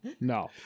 no